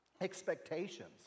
expectations